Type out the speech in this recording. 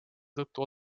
tõttu